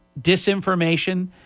disinformation